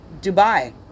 dubai